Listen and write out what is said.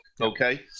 okay